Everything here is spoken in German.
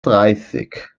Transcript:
dreißig